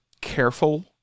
careful